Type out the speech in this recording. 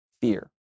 fear